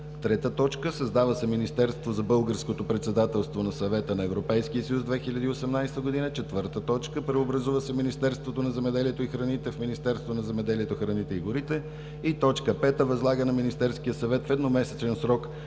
и спорта. 3. Създава се Министерство за българското председателство на Съвета на Европейския съюз – 2018 г. 4. Преобразува се Министерството на земеделието и храните в Министерство на земеделието, храните и горите. 5. Възлага на Министерския съвет в едномесечен срок